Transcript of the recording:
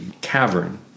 cavern